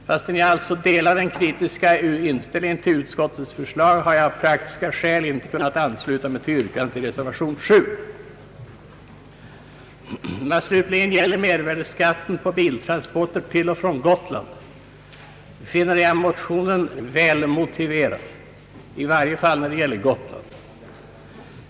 Fastän jag alltså delar den kritiska inställningen till utskottets förslag har jag av prak tiska skäl inte kunnat ansluta mig till yrkandet i reservation 7. Vad slutligen gäller mervärdeskatten på biltransporter till och från Gotland finner jag motionen välmotiverad, i varje fall när det gäller Gotland.